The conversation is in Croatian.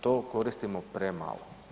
To koristimo premalo.